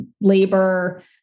labor